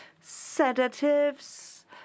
sedatives